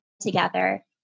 together